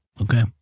okay